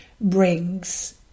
brings